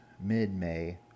mid-May